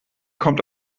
kommt